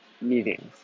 meetings